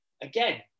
again